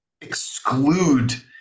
exclude